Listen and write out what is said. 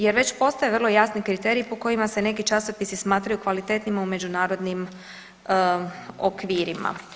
Jer već postoje vrlo jasni kriteriji po kojima se neki časopisi smatraju kvalitetnima u međunarodnim okvirima.